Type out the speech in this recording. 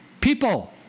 people